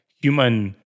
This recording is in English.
human